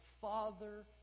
Father